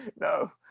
No